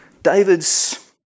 David's